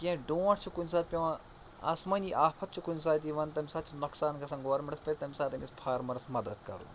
کیٚنٛہہ ڈونٛٹھ چھُ کُنہِ ساتہٕ پٮ۪وان آسمٲنی آفت چھُ کُنہِ ساتہٕ یِوان تَمہِ ساتہٕ چھُ نۄقصان گژھان گورمِنٹَس پَزِ تَمہِ ساتہٕ أمِس فارمَرَس مَدتھ کَرُن